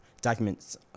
documents